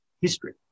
history